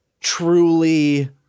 truly